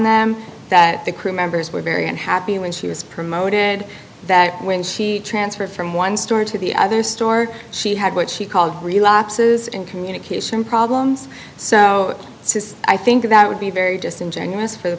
them that the crew members were very unhappy when she was promoted that when she transferred from one store to the other store she had what she called relapses and communication problems so i think that would be very disingenuous for the